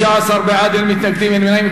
15 בעד, אין מתנגדים, אין נמנעים.